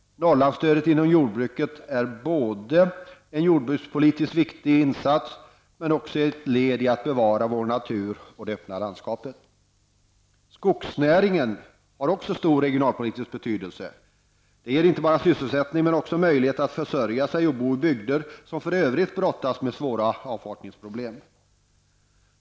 Norrlandsstödet inom jordbruket är både en jordbrukspolitisk viktig insats och ett led i att bevara vår natur och det öppna landskapet. Skogsnäringen har också stor regionalpolitisk betydelse. Den ger inte bara sysselsättning utan också möjlighet att försörja sig och bo i bygder som för övrigt brottas med svåra avfolkningsproblem.